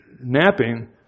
napping